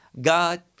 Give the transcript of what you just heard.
God